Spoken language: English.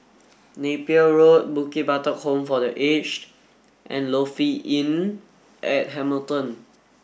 Napier Road Bukit Batok Home for the Aged and Lofi Inn at Hamilton